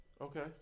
Okay